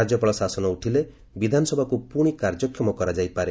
ରାଜ୍ୟପାଳ ଶାସନ ଉଠିଲେ ବିଧାନସଭାକୁ ପୁଣି କାର୍ଯ୍ୟକ୍ଷମ କରାଯାଇ ପାରେ